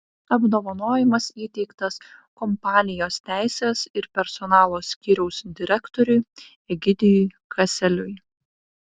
apdovanojimas įteiktas kompanijos teisės ir personalo skyriaus direktoriui egidijui kaseliui